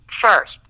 first